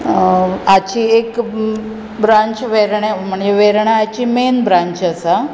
हाची एक ब्रांच वेर्णे म्हणजे वेर्णे हाची मेन ब्रांच आसा